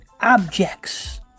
objects